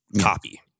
copy